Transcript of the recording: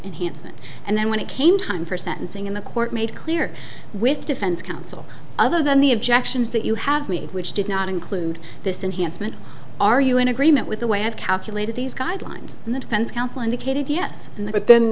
hansen and then when it came time for sentencing and the court made clear with defense counsel other than the objections that you have made which did not include this enhanced meant are you in agreement with the way i've calculated these guidelines and the defense counsel indicated ye